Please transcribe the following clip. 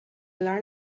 learn